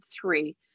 three